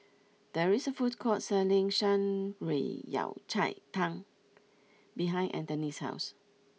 there is a food court selling Shan Rui Yao Cai Tang behind Antony's house